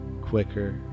quicker